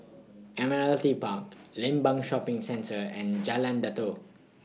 Admiralty Park Limbang Shopping Centre and Jalan Datoh